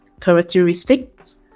characteristics